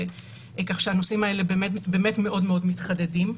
כך שהנושאים האלה באמת מאוד מתחדדים.